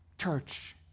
Church